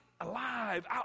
alive